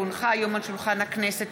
כי הונחו היום על שולחן הכנסת,